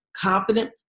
confident